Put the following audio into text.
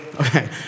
Okay